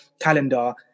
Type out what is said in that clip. calendar